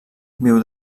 viu